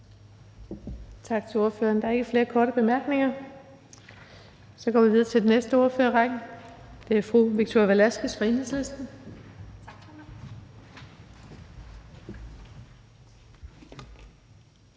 Tak til ordføreren. Der er ikke flere korte bemærkninger. Så går vi videre til den næste ordfører i rækken. Det er fru Victoria Velasquez fra Enhedslisten. Kl.